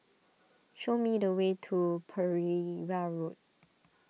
show me the way to Pereira Road